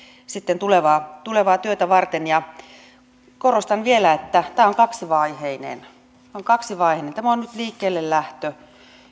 sitten tulevaa tulevaa työtä varten korostan vielä että tämä on kaksivaiheinen on kaksivaiheinen tämä on nyt liikkeellelähtö